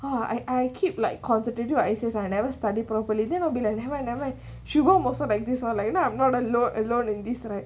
ah I I keep like concentrating on ah I never study properly then I'll be like never mind இதவிடமோசம்: itha vita moosam also like this one like not I'm not alone alone in this right